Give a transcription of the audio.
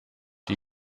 die